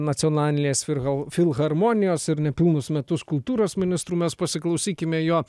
nacionalinės filhal filharmonijos ir nepilnus metus kultūros ministru mes pasiklausykime jo